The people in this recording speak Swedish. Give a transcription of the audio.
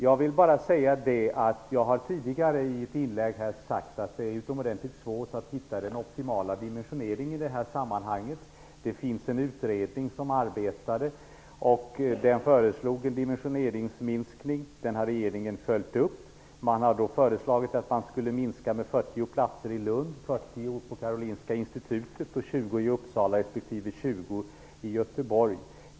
Jag har tidigare i ett inlägg sagt att det är utomordentligt svårt att hitta den optimala dimensioneringen i det här sammanhanget. En utredning har arbetat med den här frågan, och den föreslog en minskning. Regeringen har följt upp utredningens förslag och föreslagit en minskning med 40 platser i Lund, 40 på Karolinska institutet och 20 i Uppsala respektive i Göteborg.